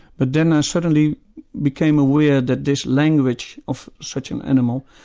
but then i suddenly became aware that this language of such an animal,